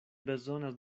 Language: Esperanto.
bezonas